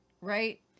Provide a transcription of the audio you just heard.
Right